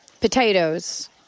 potatoes